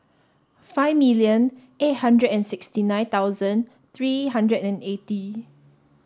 five million eight hundred and sixty nine thousand three hundred and eighty